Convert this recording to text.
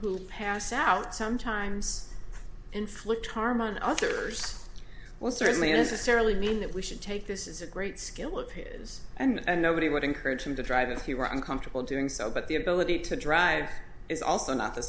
who pass out sometimes inflict harm on others well certainly necessarily mean that we should take this is a great skill of his and nobody would encourage him to drive if he were uncomfortable doing so but the ability to drive is also not the